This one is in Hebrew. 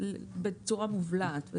בצורה מובלעת.